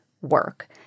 work